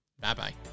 Bye-bye